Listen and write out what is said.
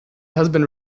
husband